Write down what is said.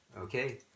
Okay